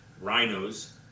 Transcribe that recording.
rhinos